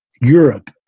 Europe